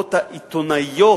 הכתבות ה"עיתונאיות"